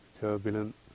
turbulent